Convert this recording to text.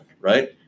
Right